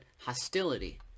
hostility